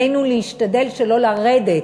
עלינו להשתדל שלא לרדת,